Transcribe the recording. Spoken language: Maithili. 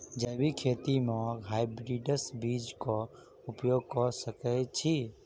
जैविक खेती म हायब्रिडस बीज कऽ उपयोग कऽ सकैय छी?